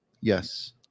yes